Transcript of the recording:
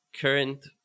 current